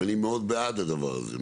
ואני מאוד בעד הדבר הזה,